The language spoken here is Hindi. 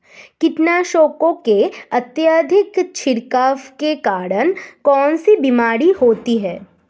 कीटनाशकों के अत्यधिक छिड़काव के कारण कौन सी बीमारी होती है?